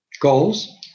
goals